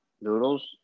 noodles